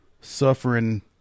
suffering